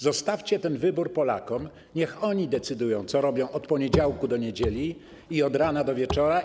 Zostawcie ten wybór Polakom, niech oni decydują o tym, co będą robili od poniedziałku do niedzieli i od rana do wieczora.